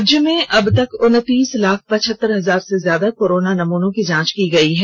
राज्य में अब तक उनतीस लाख पचहत्तर हजार से ज्यादा कोरोना नमूनों की जांच की गई है